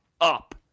up